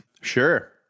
Sure